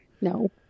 No